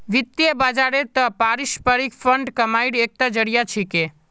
वित्त बाजारेर त न पारस्परिक फंड कमाईर एकता जरिया छिके